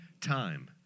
time